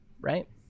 Right